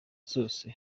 zose